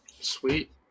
Sweet